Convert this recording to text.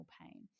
pain